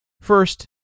First